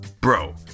Bro